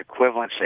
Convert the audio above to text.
equivalency